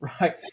Right